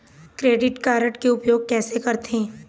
Credit card के उपयोग कैसे करथे?